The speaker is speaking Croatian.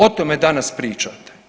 O tome danas pričate.